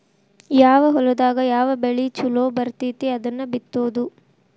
ಯಾವ ಹೊಲದಾಗ ಯಾವ ಬೆಳಿ ಚುಲೊ ಬರ್ತತಿ ಅದನ್ನ ಬಿತ್ತುದು